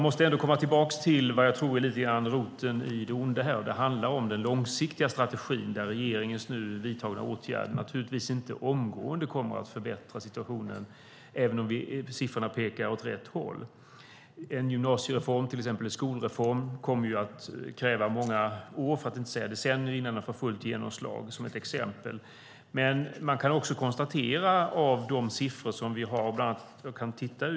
Något som jag tror är roten till det onda har att göra med den långsiktiga strategin. De åtgärder som regeringen har vidtagit kommer naturligtvis inte att omgående förbättra situationen, även om siffrorna pekar åt rätt håll. Det kommer till exempel att ta många år för att inte säga decennier innan en gymnasiereform får fullt genomslag.